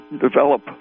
develop